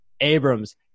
Abrams